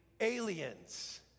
aliens